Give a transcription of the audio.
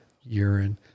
Urine